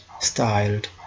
styled